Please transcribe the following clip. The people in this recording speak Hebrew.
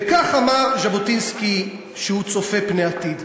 וכך אמר ז'בוטינסקי, שהוא צופה פני עתיד: